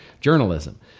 journalism